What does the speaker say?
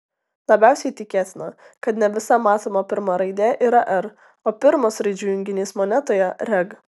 labiausiai tikėtina kad ne visa matoma pirma raidė yra r o pirmas raidžių junginys monetoje reg